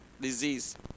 disease